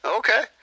okay